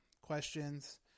Questions